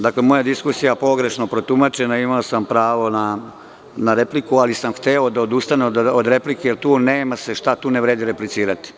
Dakle, moja diskusija je pogrešno protumačena i imao sam pravo na repliku, ali sam hteo da odustanem od replike jer tu nema se šta, ne vredi replicirati.